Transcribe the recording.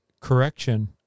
Correction